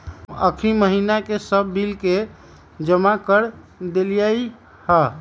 हम अखनी महिना के सभ बिल के जमा कऽ देलियइ ह